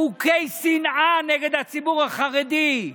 חוקי שנאה נגד הציבור החרדי,